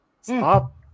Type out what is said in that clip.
Stop